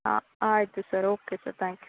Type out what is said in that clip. ಹಾಂ ಆಯಿತು sir okay sir thank you